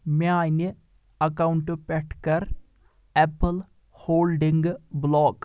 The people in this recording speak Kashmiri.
میانہِ اکاونٹ پٮ۪ٹھٕ کر ایٚپٕل ہولڈنگ بُلاک